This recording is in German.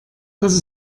das